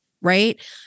right